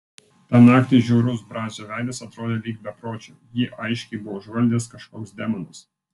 tą naktį žiaurus brazio veidas atrodė lyg bepročio jį aiškiai buvo užvaldęs kažkoks demonas